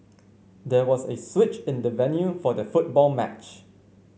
there was a switch in the venue for the football match